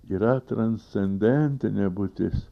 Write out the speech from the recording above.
yra transcendentinė būtis